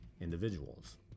individuals